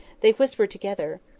they whispered together.